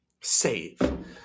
Save